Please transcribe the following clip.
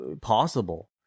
possible